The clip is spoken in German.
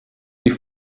die